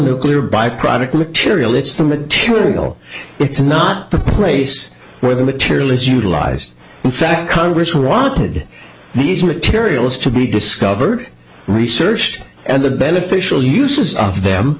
nuclear byproduct material it's the material it's not the place where the material is utilized in fact congress wanted these materials to be discovered researched and the beneficial uses of them